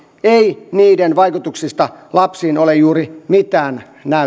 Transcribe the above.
ei niiden vaikutuksista lapsiin ole juuri mitään näyttöä